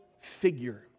figure